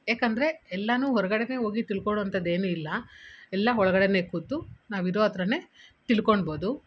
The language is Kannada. ಯಾಕಂದರೆ ಎಲ್ಲಾ ಹೊರ್ಗಡೆ ಹೋಗಿ ತಿಳ್ಕೊಳೊವಂಥದ್ದೇನು ಇಲ್ಲ ಎಲ್ಲ ಒಳ್ಗಡೆ ಕೂತು ನಾವಿರೋ ಹತ್ರ ತಿಳ್ಕೊಳ್ಬೋದು